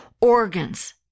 organs